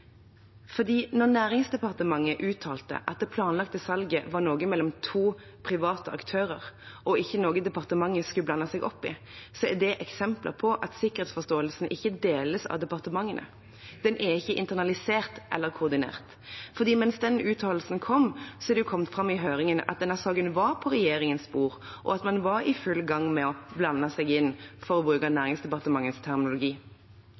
Når Næringsdepartementet uttalte at det planlagte salget var en sak mellom to private aktører og ikke noe departementet skulle blande seg opp i, er det et eksempel på at sikkerhetsforståelsen ikke deles av departementene, den er ikke internalisert eller koordinert, for mens den uttalelsen kom, er det kommet fram i høringen at denne saken var på regjeringens bord, og at man var i full gang med å «blande seg inn», for å bruke Næringsdepartementets terminologi.